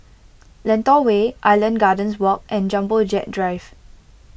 Lentor Way Island Gardens Walk and Jumbo Jet Drive